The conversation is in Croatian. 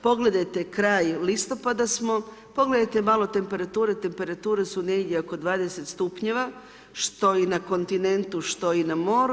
Pogledajte kraj, listopada smo, pogledajte malo temperature, temperature su negdje oko 20 stupnjeva što i na kontinentu, što i na moru.